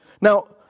Now